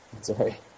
sorry